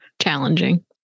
challenging